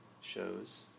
shows